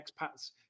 expats